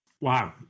Wow